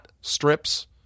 strips